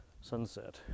sunset